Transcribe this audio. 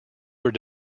were